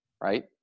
right